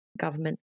government